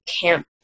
camp